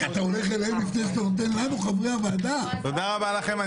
להגדיל את מספר חברי ועדת העבודה והרווחה מ-14 ל-15.